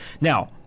Now